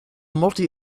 multi